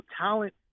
talent